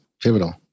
pivotal